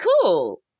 cool